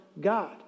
God